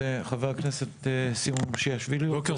חבר הכנסת סימון מושיאשווילי, בבקשה.